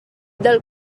del